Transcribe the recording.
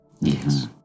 Yes